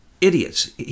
idiots